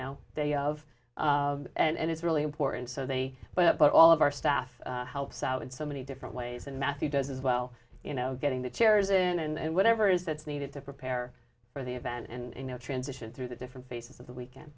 know they love and it's really important so they but all of our staff helps out in so many different ways and matthew does as well you know getting the chairs in and whatever is that's needed to prepare for the event and you know transition through the different faces of the weekend